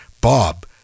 bob